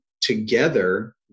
together